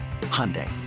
Hyundai